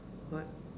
what